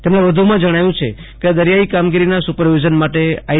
તેમજી વધુમાં જજ્ઞાવ્યું છે કે દરિયાઇ કામગીરીના સુપરવિઝન માટે આઇ